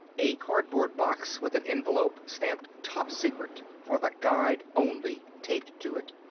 a cardboard box with an envelope, stamped top secret! for the guide only! taped to it.